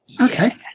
okay